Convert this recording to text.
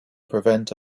prevent